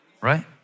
right